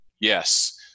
yes